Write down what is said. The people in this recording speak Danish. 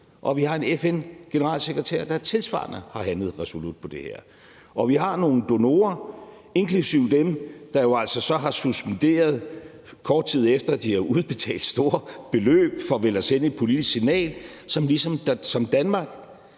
vi har en FN-generalsekretær, der tilsvarende har handlet resolut på det her, og vi har nogle donorer, inklusive dem, der jo så altså har suspenderet betalingerne, kort tid efter de har udbetalt store beløb, for vel at sende et politisk signal, som ligesom Danmark